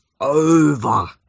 over